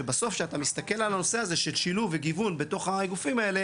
שבסוף שאתה מסתכל על הנושא הזה של שילוב וגיוון בתוך הגופים האלה